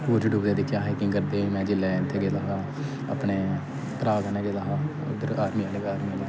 सूरज डुब्बदे दिक्खेआ हा हाइकिंग करदे में जिसले इत्थै गेदा हा अपने भ्राऽ कन्नै गेदा हा उधर आर्मी आह्ले कन्नै बड़ा मजा आ या हा